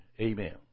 Amen